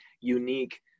unique